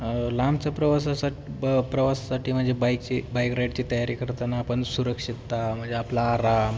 लांबचा प्रवासासाठी प्रवासासाठी म्हणजे बाईकची बाईक राईडची तयारी करताना आपण सुरक्षितता म्हणजे आपला आराम